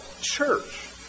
Church